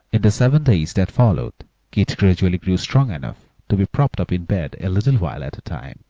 in the seven days that followed keith gradually grew strong enough to be propped up in bed a little while at a time